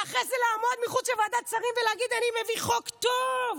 ואחרי זה לעמוד מחוץ לוועדת שרים ולהגיד: אני מביא חוק טוב,